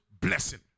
blessing